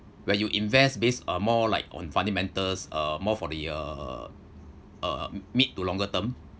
where you invest based uh more like on fundamentals uh more for the uh uh mid to longer term